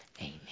Amen